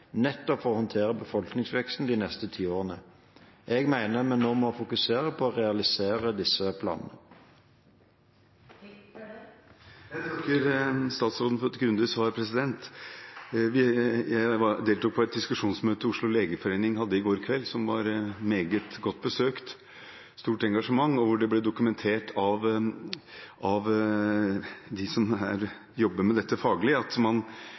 nettopp for å håndtere befolkningsveksten de neste ti årene. Jeg mener vi nå må fokusere på å realisere disse planene. Jeg takker statsråden for et grundig svar. Jeg deltok på et diskusjonsmøte Oslo legeforening hadde i går kveld, som var meget godt besøkt, og det var stort engasjement. Her ble det dokumentert, av dem som jobber med dette faglig, at man